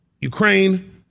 Ukraine